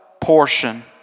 portion